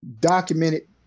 documented